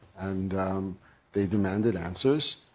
and they demanded answers,